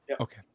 Okay